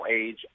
age